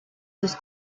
has